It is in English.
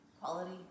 quality